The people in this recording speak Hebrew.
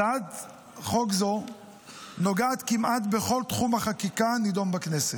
הצעת חוק זו נוגעת כמעט בכל תחום החקיקה הנדון בכנסת.